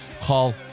call